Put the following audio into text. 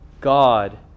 God